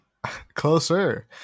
Closer